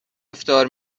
افطار